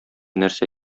нәрсә